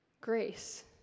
Grace